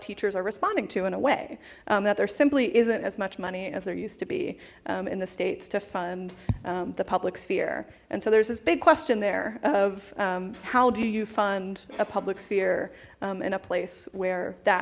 teachers are responding to in a way that there simply isn't as much money as there used to be in the states to fund the public sphere and so there's this big question there of how do you fund a public sphere in a place where that